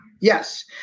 Yes